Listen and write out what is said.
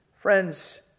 Friends